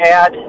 add